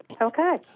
okay